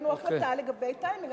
החלטה לגבי טיימינג.